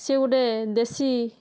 ସିଏ ଗୋଟେ ଦେଶୀ